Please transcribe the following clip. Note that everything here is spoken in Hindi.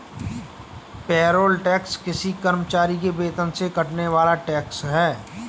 पेरोल टैक्स किसी कर्मचारी के वेतन से कटने वाला टैक्स है